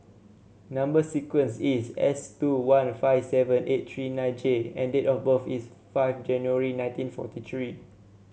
number sequence is S two one five seven eight three nine J and date of birth is five January nineteen forty three